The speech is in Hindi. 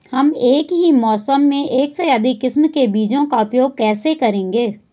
हम एक ही मौसम में एक से अधिक किस्म के बीजों का उपयोग कैसे करेंगे?